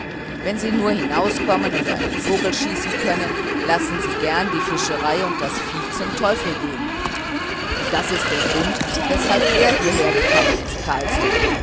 wenn sie nur hinauskommen und einen vogel schießen können lassen sie gern die fischerei und das vieh zum teufel gehen und das ist der grund weshalb er hierhergekommen ist